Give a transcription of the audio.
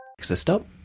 stop